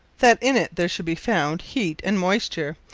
that in it there should be found heat and moysture,